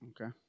okay